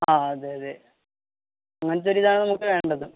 ആ അതെ അതെ അങ്ങനെത്തെയൊരു ഇതാണ് നമുക്ക് വേണ്ടത്